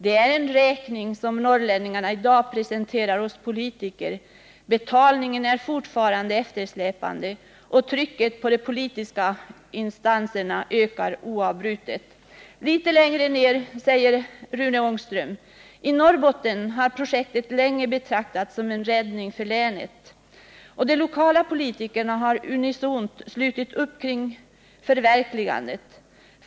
Det är den räkningen som norrlänningarna i dag presenterar oss politiker. Betalningen är fortfarande eftersläpande, och trycket på de politiska instanserna ökar oavbrutet.” Litet längre ned säger Rune Ångström: ”I Norrbotten har projektet länge betraktats som en räddning för länet, och de lokala politikerna har unisont slutit upp kring förverkligandet.